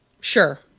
sure